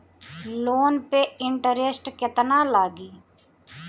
Loan पे interest केतना लागी?